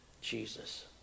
Jesus